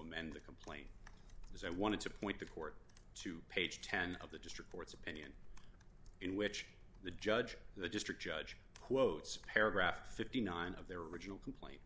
amend the complaint because i wanted to point the court to page ten of the district court's opinion in which the judge the district judge quotes paragraph fifty nine dollars of their original complaint